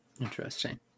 Interesting